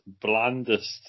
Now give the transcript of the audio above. blandest